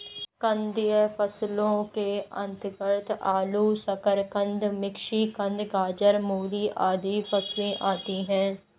कंदीय फसलों के अंतर्गत आलू, शकरकंद, मिश्रीकंद, गाजर, मूली आदि फसलें आती हैं